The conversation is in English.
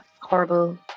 horrible